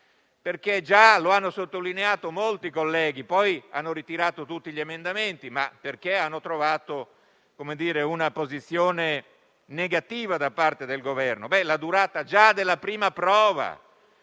Come già hanno sottolineato molti colleghi - poi hanno ritirato tutti gli emendamenti, perché hanno trovato una posizione contraria da parte del Governo - già la durata della prima prova